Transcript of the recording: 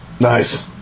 Nice